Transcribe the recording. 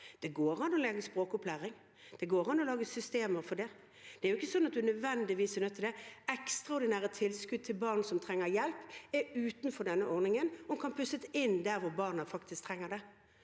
Det går an å lage språkopplæring, det går an å lage systemer for det, men det er ikke slik at man nødvendigvis er nødt til det. Ekstraordinære tilskudd til barn som trenger hjelp, er utenfor denne ordningen og kan puttes inn der barna faktisk trenger det,